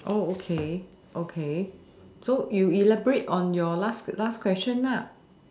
oh okay okay so you you elaborate on your last last question lah